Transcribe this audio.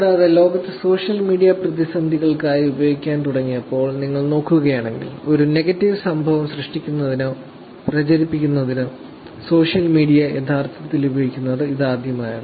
കൂടാതെ ലോകത്ത് social media പ്രതിസന്ധികൾക്കായി ഉപയോഗിക്കാൻ തുടങ്ങിയപ്പോൾ നിങ്ങൾ നോക്കുകയാണെങ്കിൽ ഒരു നെഗറ്റീവ് സംഭവം സൃഷ്ടിക്കുന്നതിനോ പ്രചരിപ്പിക്കുന്നതിനോ സോഷ്യൽ മീഡിയ യഥാർത്ഥത്തിൽ ഉപയോഗിക്കുന്നത് ഇതാദ്യമാണ്